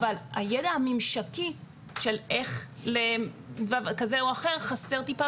אבל הידע הממשקי כזה או אחר חסר טיפה